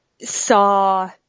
Saw –